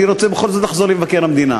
אני בכל זאת רוצה לחזור למבקר המדינה.